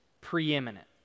preeminent